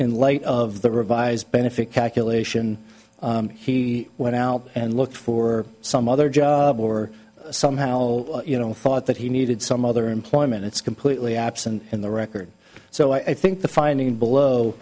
in light of the revised benefit calculation he went out and looked for some other job or somehow you know thought that he needed some other employment it's completely absent in the record so i think the finding below